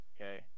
Okay